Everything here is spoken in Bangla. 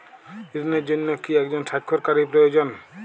ঋণের জন্য কি একজন স্বাক্ষরকারী প্রয়োজন?